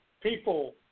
people